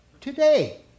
Today